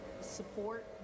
support